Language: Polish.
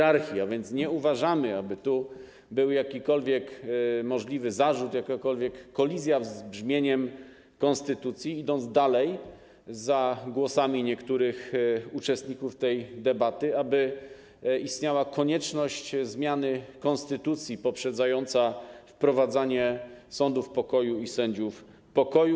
A więc nie uważamy, aby tu był możliwy zarzut, by istniała jakakolwiek kolizja z brzmieniem konstytucji, a idąc dalej za głosami niektórych uczestników tej debaty - aby istniała konieczność zmiany konstytucji poprzedzającej ustanowienie sądów pokoju i sędziów pokoju.